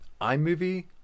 iMovie